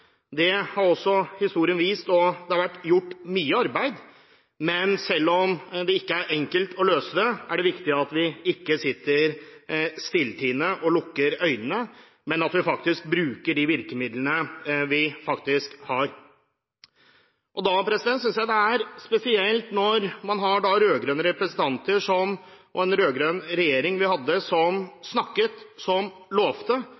Det har også historien vist, og det har vært gjort mye arbeid. Men selv om det ikke er enkelt å løse dem, er det viktig at vi ikke sitter stilltiende og lukker øynene, men bruker de virkemidlene vi faktisk har. Da synes jeg det er spesielt at rød-grønne representanter og den rød-grønne regjeringen vi hadde, snakket og lovet uten å gjøre noe med saken. Det er ett viktig grep vi